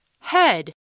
Head